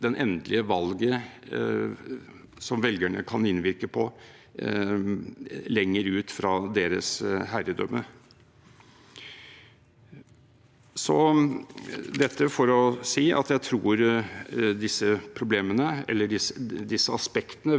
Dette er for å si at jeg tror disse aspektene ved vårt valgsystem kommer til å melde seg med større tyngde, og da kan det selvfølgelig tas opp, for dette er veldig enkle problemstillinger som ikke nødvendigvis